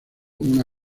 una